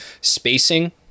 spacing